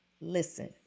listen